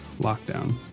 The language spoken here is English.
lockdown